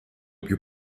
più